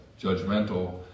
judgmental